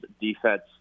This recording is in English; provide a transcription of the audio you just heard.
defense